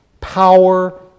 power